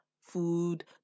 food